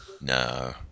No